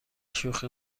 شوخی